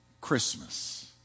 Christmas